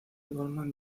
goldman